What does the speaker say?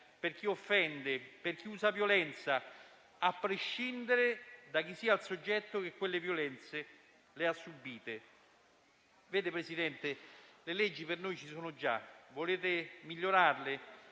per chi offende, per chi usa violenza, a prescindere da chi sia il soggetto che ha subito quelle violenze. Signor Presidente, le leggi per noi ci sono già. Volete migliorarle?